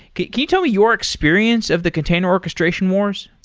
can you tell me your experience of the container orchestration wars?